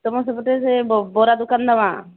ତମ ସେପଟେ ବରା ଦୋକାନ ଦେବା